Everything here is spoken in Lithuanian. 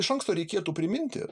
iš anksto reikėtų priminti